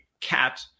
cat